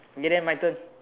okay then my turn